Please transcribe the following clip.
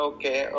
Okay